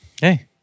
Hey